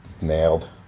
nailed